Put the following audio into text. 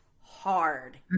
hard